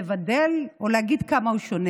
לבדל או להגיד כמה הוא שונה.